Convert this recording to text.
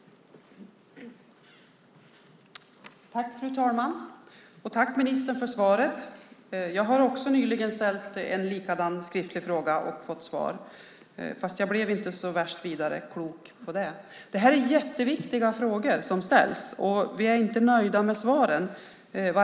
Då Fredrik Lundh och Peter Jeppsson, som framställt interpellationerna, anmält att de var förhindrade att närvara vid sammanträdet medgav tredje vice talmannen att Åsa Lindestam i stället fick delta i överläggningen.